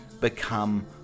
become